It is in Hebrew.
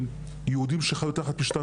יהודים שחיו תחת משטר,